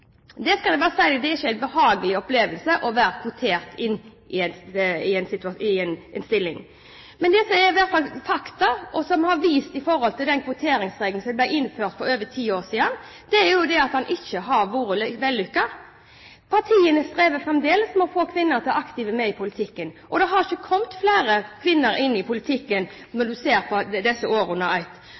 Det skal jeg bare si at det er ikke en behagelig opplevelse å være kvotert inn i en stilling. Men det som er fakta, og som er vist med tanke på den kvoteringsregelen som ble innført for over ti år siden, er at den ikke har vært vellykket. Partiene strever fremdeles med å få kvinner til å være aktivt med i politikken. Det har ikke kommet flere kvinner inn i politikken, hvis man ser disse årene